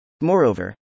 Moreover